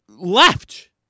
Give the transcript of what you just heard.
left